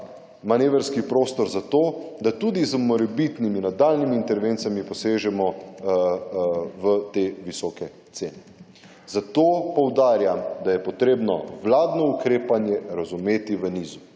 manevrski prostor za to, da tudi z morebitnimi nadaljnjimi intervencijami posežemo v te visoke cene. Zato poudarjam, da je potrebno vladno ukrepanje razumeti v nizu